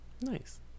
Nice